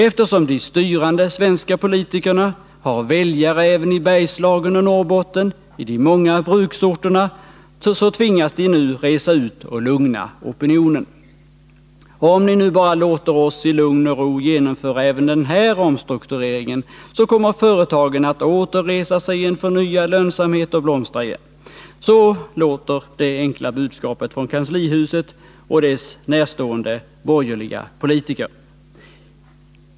Eftersom de styrande svenska politikerna har väljare även i Bergslagen och Norrbotten, i de många bruksorterna, så tvingas de nu resa ut och lugna opinionen. ”Om ni nu bara låter oss i lugn och ro genomföra även den här omstruktureringen, så kommer företagen att åter resa sig i en förnyad lönsamhet och blomstra igen.” Så låter budskapet från kanslihuset och dess närstående borgerliga politiker.